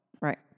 Right